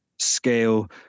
scale